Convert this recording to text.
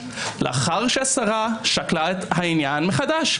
לאחר שהשרה שקלה את העניין מחדש,